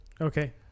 Okay